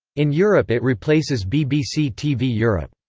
in europe it replaces bbc tv europe.